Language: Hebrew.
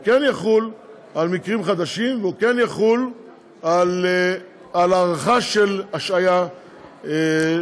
הוא כן יחול על מקרים חדשים והוא כן יחול על הארכה של השעיה שקיימת,